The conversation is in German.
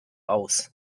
aus